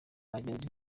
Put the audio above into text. bagenzi